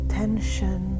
tension